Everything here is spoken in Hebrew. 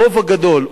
הרוב הגדול,